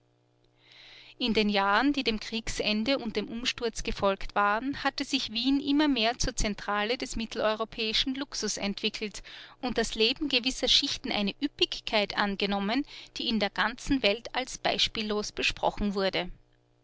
in den jahren die dem kriegsende und dem umsturz gefolgt waren hatte sich wien immer mehr zur zentrale des mitteleuropäischen luxus entwickelt und das leben gewisser schichten eine ueppigkeit angenommen die in der ganzen welt als beispiellos besprochen wurde